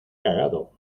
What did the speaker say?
cagado